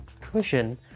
cushion